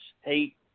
hate